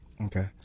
Okay